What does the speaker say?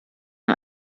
the